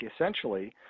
essentially